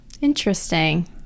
Interesting